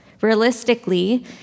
Realistically